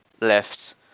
left